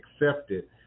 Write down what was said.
accepted